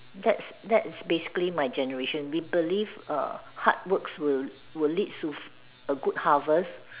that's that's basically my generation we believe err hard works will will leads to a good harvest